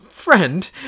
friend